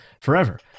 forever